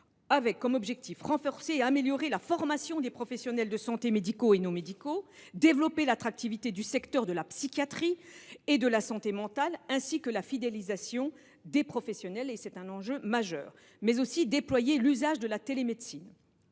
prochaines années : renforcer et améliorer la formation des professionnels de santé médicaux et non médicaux ; développer l’attractivité du secteur de la psychiatrie et de la santé mentale et fidéliser les professionnels – c’est un enjeu majeur –; déployer l’usage de la télémédecine.